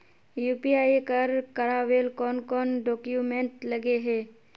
UPI कर करावेल कौन कौन डॉक्यूमेंट लगे है?